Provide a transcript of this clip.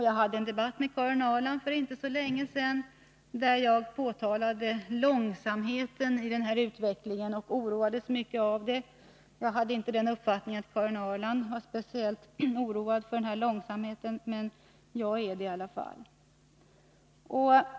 Jag hade för inte så länge sedan en debatt med Karin Ahrland där jag påtalade detta och uttryckte min oro för det. Jag fick inte den uppfattningen att Karin Ahrland var speciellt oroad av denna långsamhet, men jag är det alltså.